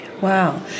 Wow